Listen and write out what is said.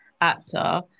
actor